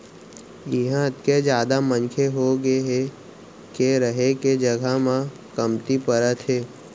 इहां अतेक जादा मनखे होगे हे के रहें के जघा ह कमती परत हे